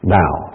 now